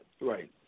Right